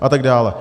A tak dále.